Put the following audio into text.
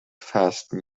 fasten